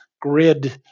grid